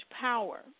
power